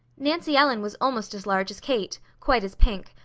nancy ellen was almost as large as kate, quite as pink,